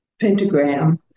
pentagram